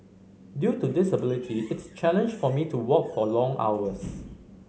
due to disability it's a challenge for me to walk for long hours